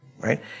right